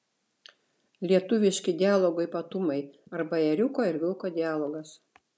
lietuviški dialogo ypatumai arba ėriuko ir vilko dialogas